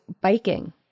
biking